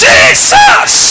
Jesus